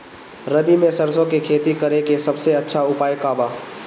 रबी में सरसो के खेती करे के सबसे अच्छा उपाय का बा?